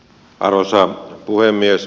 arvoisa puhemies